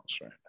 right